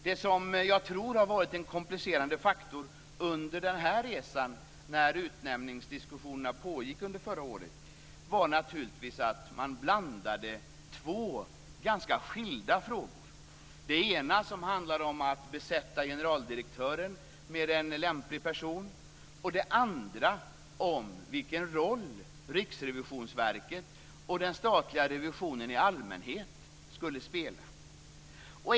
Det som jag tror har varit en komplicerande faktor under resan när utnämningsdiskussionerna pågick under förra året var att man blandade två ganska skilda frågor. Den ena handlade om att besätta generaldirektörsposten med en lämplig person, och den andra om vilken roll Riksrevisionsverket och den statliga revisionen i allmänhet skulle spela.